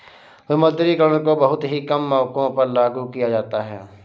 विमुद्रीकरण को बहुत ही कम मौकों पर लागू किया जाता है